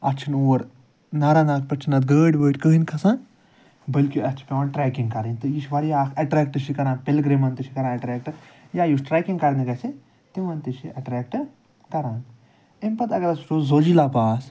اَتھ چھِنہٕ اور ناراناگ پٮ۪ٹھ چھَنہٕ اَتھ گٲڑۍ وٲڑۍ کٕہٲنۍ کھسان بٔلکہِ اَتھ چھِ پیٚوان ٹرٛیٚکِنٛگ کَرٕنۍ تہٕ یہِ چھِ واریاہ اَکھ اَٹریکٹہٕ چھِ یہِ کران پِلگرٛمَن تہِ چھِ کران اَٹریکٹہٕ یا یُس ٹرٛیکِنٛگ کرنہِ گژھہِ تِمَن تہِ چھُ یہِ اَٹریکٹہٕ کران اَمہِ پتہٕ اَگر أسۍ وُچھُو زوجیٖلا پاس